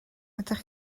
ydych